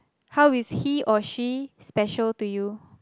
how is he or she special to you